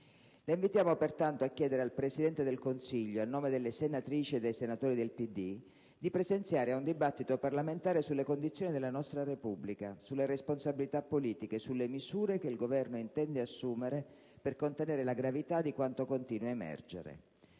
La invitiamo pertanto a chiedere al Presidente dei Consiglio, a nome delle senatrici e dei senatori del PD, di presenziare a un dibattito parlamentare sulle condizioni della nostra Repubblica, sulle responsabilità politiche, sulle misure che il Governo intende assumere per contenere la gravità di quanto continua a emergere.